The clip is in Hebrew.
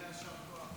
גילה, יישר כוח.